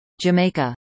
Jamaica